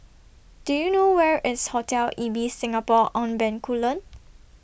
Do YOU know Where IS Hotel Ibis Singapore on Bencoolen